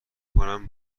میکنم